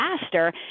faster